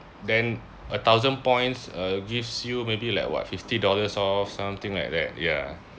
then a thousand points uh gives you maybe like what fifty dollars off something like that ya